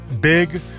big